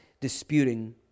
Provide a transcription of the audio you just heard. disputing